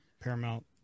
Paramount